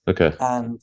okay